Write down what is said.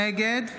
נגד